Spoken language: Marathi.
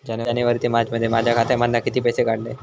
जानेवारी ते मार्चमध्ये माझ्या खात्यामधना किती पैसे काढलय?